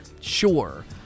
sure